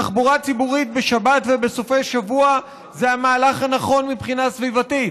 תחבורה ציבורית בשבת ובסופי שבוע זה המהלך הנכון מבחינה סביבתית.